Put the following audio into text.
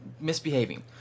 misbehaving